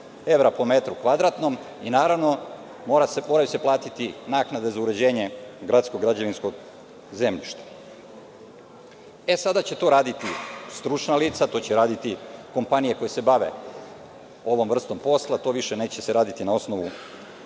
evra po metru kvadratnom i mora se platiti naknada za uređenje gradskog građevinskog zemljišta. Sada će to raditi stručna lica, to će raditi kompanije koje se bave ovom vrstom posla, to više se neće raditi na osnovu